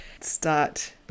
start